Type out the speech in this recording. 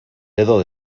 dedo